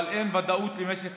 אבל אין ודאות למשך